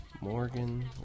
Morgan